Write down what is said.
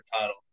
title